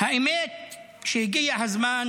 האמת היא שהגיע הזמן